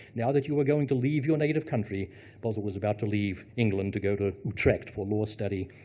now that you are going to leave your native country boswell was about to leave england to go to utrecht for law study.